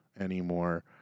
anymore